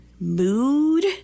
mood